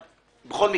לא כבד,